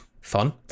fun